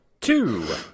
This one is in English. Two